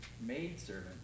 maidservant